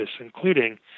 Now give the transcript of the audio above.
including